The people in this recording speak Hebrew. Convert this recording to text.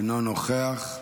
אינו נוכח.